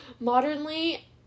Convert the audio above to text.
Modernly